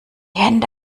hände